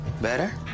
Better